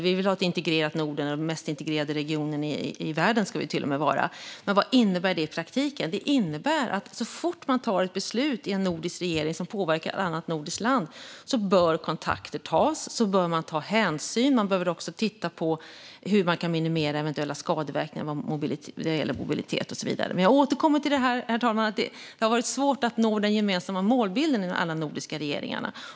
Vi vill ha ett integrerat Norden, som till och med ska vara den mest integrerade regionen i världen. Men vad innebär det i praktiken? Jo, det innebär att man så fort man i en nordisk regering tar ett beslut som påverkar ett annat nordiskt land bör ta kontakter och ta hänsyn. Man behöver också titta på hur man kan minimera eventuella skadeverkningar när det gäller mobilitet och så vidare. Herr talman! Jag vill återkomma till att det har varit svårt att nå den gemensamma målbilden inom alla de nordiska regeringarna.